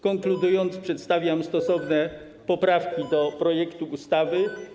Konkludując, przedstawiam stosowne poprawki do projektu ustawy.